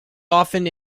often